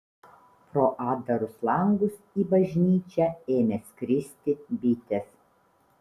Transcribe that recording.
pro atdarus langus į bažnyčią ėmė skristi bitės